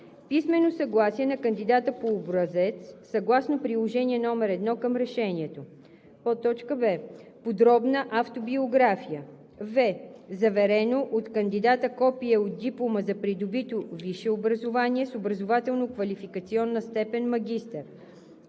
писмено съгласие на кандидата по образец съгласно приложение № 1 към решението; б) подробна автобиография; в) заверено от кандидата копие от диплома за придобито висше образование с образователно-квалификационна степен „магистър“;